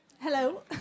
Hello